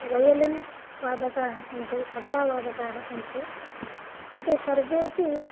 violin वादकाः सन्ति तबलावादकाः सन्ति एते सर्वेपि